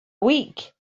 week